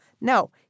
no